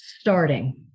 starting